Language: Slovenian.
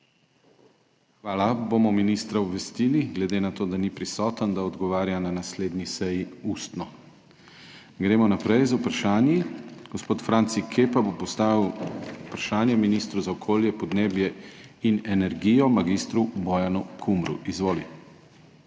Hvala. Ministra bomo obvestili, glede na to, da ni prisoten, da na naslednji seji odgovarja ustno. Gremo naprej z vprašanji. Gospod Franci Kepa bo postavil vprašanje ministru za okolje, podnebje in energijo mag. Bojanu Kumru. Izvoli.